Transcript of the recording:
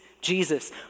Jesus